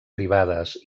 privades